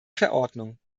verordnung